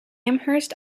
amherst